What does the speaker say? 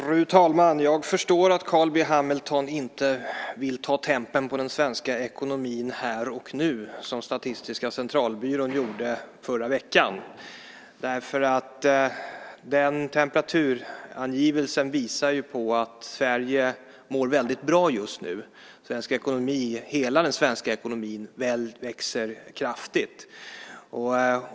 Fru talman! Jag förstår att Carl B Hamilton inte vill ta tempen på den svenska ekonomin här och nu som Statistiska centralbyrån gjorde förra veckan, därför att den temperaturangivelsen visar ju att Sverige mår väldigt bra just nu. Hela den svenska ekonomin växer kraftigt.